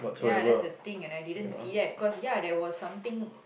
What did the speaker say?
ya that's the thing and I didn't see that cause ya there was something